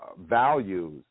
values